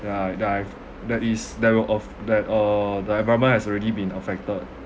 that I that I've that is that the earth that uh the environment has already been affected